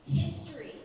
history